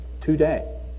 today